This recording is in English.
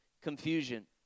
confusion